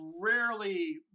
rarely